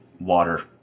water